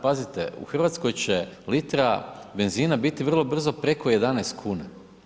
Pazite, u Hrvatskoj će litra benzina biti vrlo brzo preko 11 kuna.